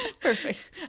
Perfect